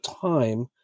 time